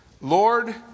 Lord